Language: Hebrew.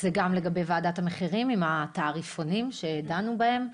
וזה גם לגבי ועדת המחירים עם התעריפונים שדנו בהם.